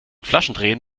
flaschendrehen